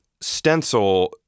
Stencil